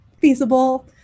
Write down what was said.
feasible